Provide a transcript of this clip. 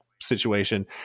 situation